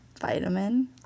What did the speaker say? Vitamin